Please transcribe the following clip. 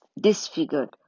disfigured